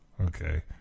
Okay